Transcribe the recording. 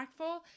impactful